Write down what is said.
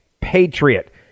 Patriot